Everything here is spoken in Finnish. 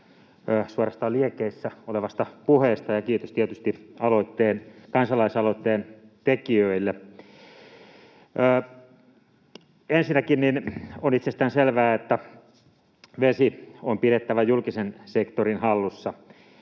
suorastaan liekeissä olevasta puheesta ja kiitos tietysti kansalaisaloitteen tekijöille. Ensinnäkin on itsestäänselvää, että vesi on pidettävä julkisen sektorin hallussa.